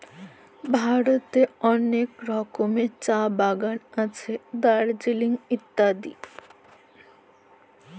ভারতেল্লে অলেক রকমের চাঁ বাগাল আছে দার্জিলিংয়ে ইত্যাদি